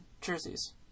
jerseys